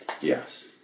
Yes